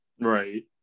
right